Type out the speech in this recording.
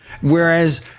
Whereas